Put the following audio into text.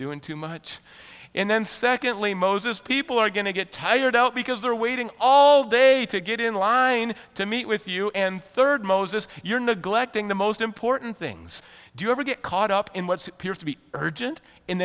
doing too much and then secondly moses people are going to get tired out because they're waiting all day to get in line to meet with you and third moses you're neglecting the most important things do you ever get caught up in what appears to be urgent and